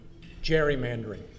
gerrymandering